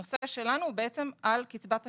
הנושא שלנו הוא על קצבת השארים.